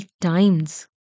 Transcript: times